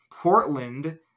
Portland